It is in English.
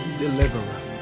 deliverer